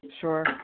Sure